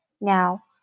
Now